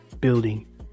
building